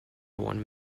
won